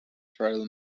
farrell